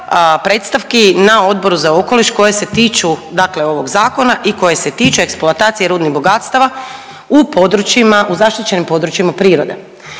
predstavki na Odboru za okoliš koje se tiču ovog zakona i koje se tiču eksploatacije rudnih bogatstava u zaštićenim područjima prirode,